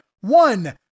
One